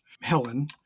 Helen